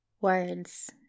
Words